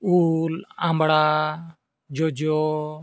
ᱩᱞ ᱟᱢᱲᱟ ᱡᱚᱡᱚ